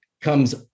comes